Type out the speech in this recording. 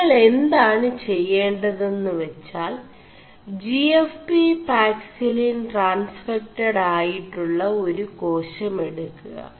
നിÆൾ എാണ് െചേ ത് എM് െവgാൽ ജി എഫ് പി പാക ിലിൻ 4ടാൻസ്െഫക്ഡ് ആയിƒgø ഒരു േകാശം എടു ുക